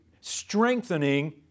strengthening